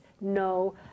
no